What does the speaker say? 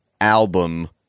album